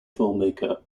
filmmaker